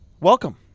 Welcome